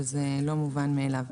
וזה לא מובן מאליו.